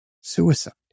Suicide